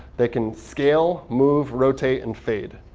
they can scale, move, rotate, and fade.